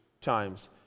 times